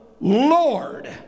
lord